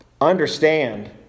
understand